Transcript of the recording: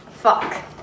Fuck